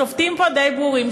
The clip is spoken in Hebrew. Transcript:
השופטים פה די ברורים.